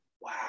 wow